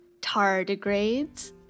tardigrades